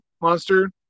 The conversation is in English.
monster